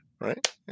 right